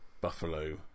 buffalo